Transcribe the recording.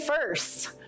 first